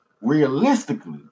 realistically